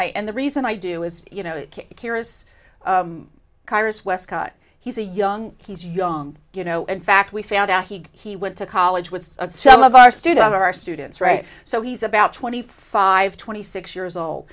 i and the reason i do is you know curious kyra's wescott he's a young he's young you know in fact we found out he he went to college with some of our student our students right so he's about twenty five twenty six years old